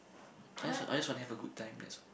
I just I just wanna have a good time that's all